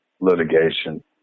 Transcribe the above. litigation